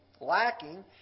lacking